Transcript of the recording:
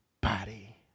body